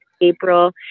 April